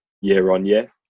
year-on-year